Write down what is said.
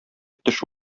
төш